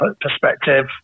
perspective